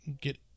get